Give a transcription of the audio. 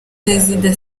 perezida